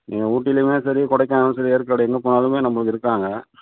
நீங்கள் ஊட்டிலையுமே சரி கொடைக்கானல் சரி ஏற்காடு எங்கே போனாலுமே நம்பளுக்கு இருக்காங்க